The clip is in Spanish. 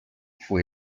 fue